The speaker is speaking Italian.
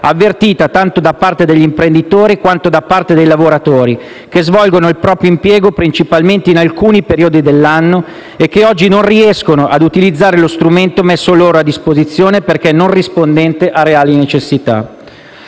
avvertita da parte tanto degli imprenditori quanto dei lavoratori che svolgono il proprio impiego principalmente in alcuni periodi dell'anno e che oggi non riescono a utilizzare lo strumento messo loro a disposizione, perché non rispondente alle reali necessità.